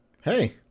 Hey